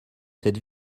cette